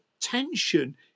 tension